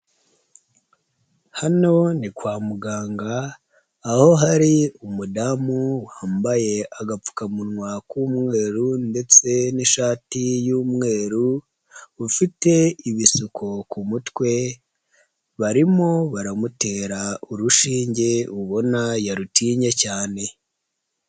Hano ni kwa muganga aho hari umudamu wambaye agapfukamunwa k'umweru ndetse n'ishati y'umweru, ufite ibisuko ku mutwe, barimo baramutera urushinge ubona yarutinye cyane.